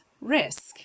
risk